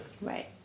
Right